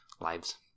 lives